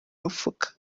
mifuka